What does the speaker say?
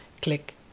click